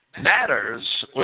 matters